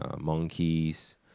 monkeys